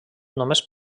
només